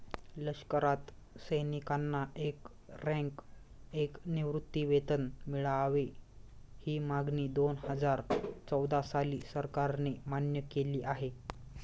लष्करात सैनिकांना एक रँक, एक निवृत्तीवेतन मिळावे, ही मागणी दोनहजार चौदा साली सरकारने मान्य केली आहे